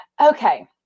Okay